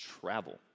travel